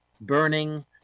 burning